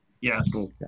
Yes